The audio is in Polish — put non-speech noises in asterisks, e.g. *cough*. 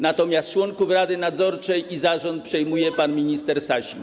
Natomiast członków rady nadzorczej i zarząd przejmuje *noise* pan minister Sasin.